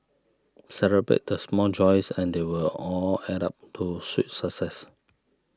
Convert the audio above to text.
celebrate the small joys and they will all add up to sweet success